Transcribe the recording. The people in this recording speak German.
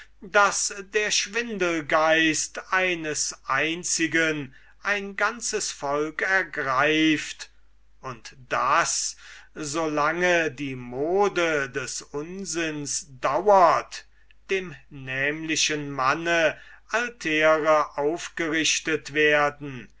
daß der schwindelgeist eines einzigen ein ganzes volk ergreift und daß so lange die mode des unsinns dauert dem nämlichen manne altäre aufgerichtet werden